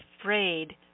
afraid